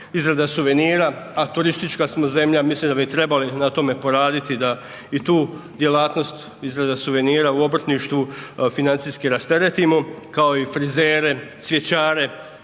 izrada suvenira, a turistička smo zemlja, mislim da bi trebali na tome poraditi da i tu djelatnost izrada suvenira u obrtništvu financijski rasteretimo, kao i frizere, cvjećare.